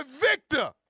Victor